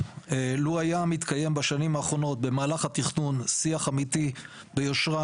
לו היה מתקיים בשנים האחרונות במהלך התכנון שיח אמיתי ביושרה